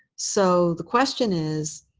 so the question is,